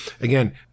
Again